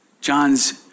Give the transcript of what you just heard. John's